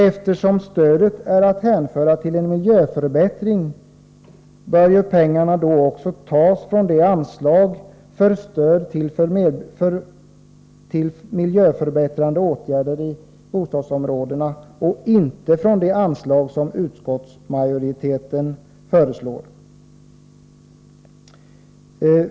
Eftersom stödet är att hänföra till en miljöförbättring, bör pengarna också tas från anslaget till stöd för miljöförbättrande åtgärder i bostadsområden, och inte från det anslag som utskottsmajoriteten föreslår.